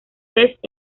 vez